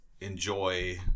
enjoy